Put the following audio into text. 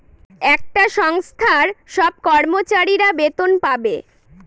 একটা সংস্থার সব কর্মচারীরা বেতন পাবে